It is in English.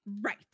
right